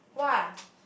!wah!